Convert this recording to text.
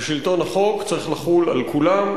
ושלטון החוק צריך לחול על כולם.